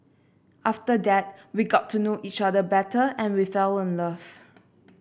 after that we got to know each other better and we fell in love